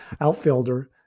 Outfielder